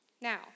Now